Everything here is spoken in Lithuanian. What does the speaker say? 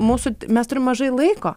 mūsų mes turim mažai laiko